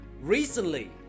Recently